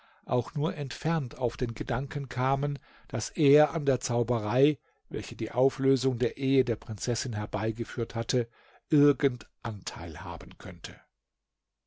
auch nur entfernt auf den gedanken kamen daß er an der zauberei welche die auflösung der ehe der prinzessin herbeigeführt hatte irgend anteil haben könnte